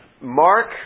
Mark